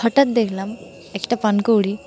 হঠাৎ দেখলাম একটা পানকৌড়ি